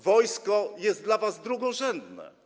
Wojsko jest dla was drugorzędne.